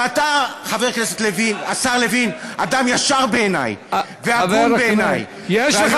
ואתה, השר לוין, אדם ישר בעיני, יש לך